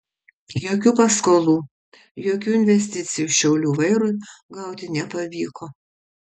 jokių paskolų jokių investicijų šiaulių vairui gauti nepavyko